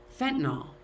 fentanyl